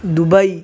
Dubai